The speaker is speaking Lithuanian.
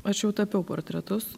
aš jau tapiau portretus